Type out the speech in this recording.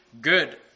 good